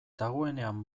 dagoenean